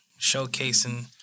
showcasing